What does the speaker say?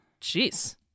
Jeez